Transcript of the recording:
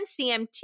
CMT